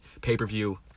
pay-per-view